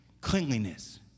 cleanliness